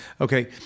Okay